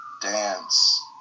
dance